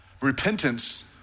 Repentance